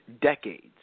decades